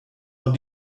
von